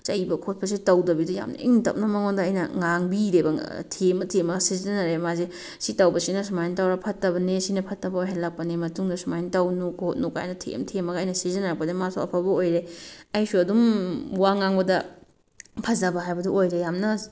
ꯆꯩꯕ ꯈꯣꯠꯄꯁꯤ ꯇꯧꯗꯕꯤꯗ ꯌꯥꯝꯅ ꯏꯪ ꯇꯞꯅ ꯃꯉꯣꯟꯗ ꯑꯩꯅ ꯉꯥꯡꯕꯤꯔꯦꯕ ꯊꯦꯝꯃ ꯊꯦꯝꯃꯒ ꯁꯤꯖꯤꯟꯅꯔꯦ ꯃꯥꯁꯦ ꯁꯤ ꯇꯧꯕꯁꯤꯅ ꯁꯨꯃꯥꯏꯅ ꯇꯧꯔ ꯐꯠꯇꯕꯅꯤ ꯁꯤꯅ ꯐꯠꯇꯕ ꯑꯣꯏꯍꯜꯂꯛꯄꯅꯤ ꯃꯇꯨꯡꯗ ꯁꯨꯃꯥꯏꯅ ꯇꯧꯅꯨ ꯈꯣꯠꯅꯨ ꯀꯥꯏꯅ ꯊꯦꯝ ꯊꯦꯝꯃꯒ ꯑꯩꯅ ꯁꯤꯖꯤꯟꯅꯔꯛꯄꯗꯩ ꯃꯥꯁꯨ ꯑꯐꯕ ꯑꯣꯏꯔꯦ ꯑꯩꯁꯨ ꯑꯗꯨꯝ ꯋꯥ ꯉꯥꯡꯕꯗ ꯐꯖꯕ ꯍꯥꯏꯕꯗꯣ ꯑꯣꯏꯔꯦ ꯌꯥꯝꯅ